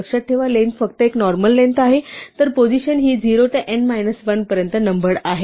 लक्षात ठेवा की लेंग्थ फक्त एक नॉर्मल लेंग्थ आहे तर पोझिशन हि 0 ते n मायनस 1 पर्यंत नम्बरड आहे